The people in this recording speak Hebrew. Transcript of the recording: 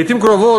לעתים קרובות,